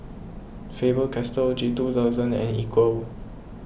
Faber Castell G two thousand and Equal